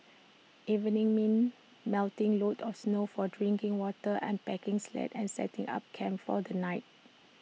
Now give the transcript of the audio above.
evenings mean melting loads of snow for drinking water unpacking sleds and setting up camp for the night